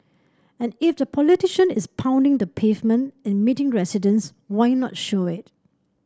and if the politician is pounding the pavement and meeting residents why not show it